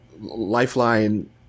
lifeline